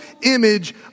image